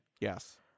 Yes